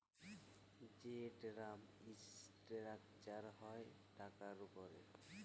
যে term structure হ্যয় টাকার উপরে